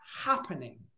happening